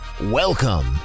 Welcome